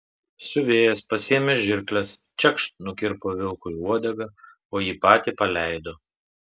siuvėjas pasiėmė žirkles čekšt nukirpo vilkui uodegą o jį patį paleido